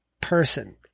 person